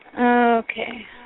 Okay